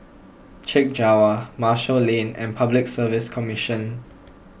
Chek Jawa Marshall Lane and Public Service Commission